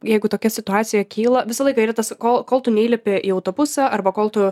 jeigu tokia situacija kyla visą laiką yra tas ko kol tu neįlipi į autobusą arba kol tu